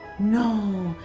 no,